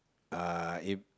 uh if